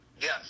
Yes